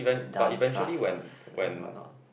dance classes and what not